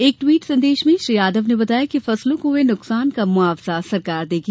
एक ट्वीट संदेश में श्री यादव ने बताया कि फसलों को हुए नुकसान का मुआवजा सरकार देगी